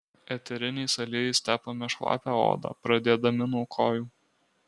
eteriniais aliejais tepame šlapią odą pradėdami nuo kojų